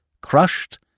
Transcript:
crushed